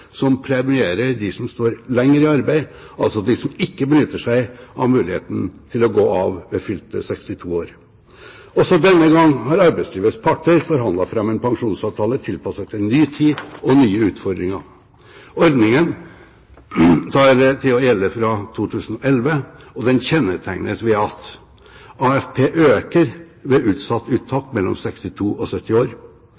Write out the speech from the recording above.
som premierer dem står lenger i arbeid, altså de som ikke benytter seg av muligheten til å gå av ved fylte 62 år. Også denne gang har arbeidslivets parter forhandlet fram en pensjonsavtale tilpasset en ny tid og nye utfordringer. Ordningen tar til å gjelde fra 2011, og den kjennetegnes ved at AFP øker ved utsatt